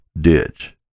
ditch